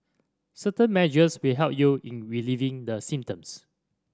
certain measures will help you in relieving the symptoms